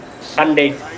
Sunday